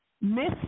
Miss